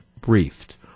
briefed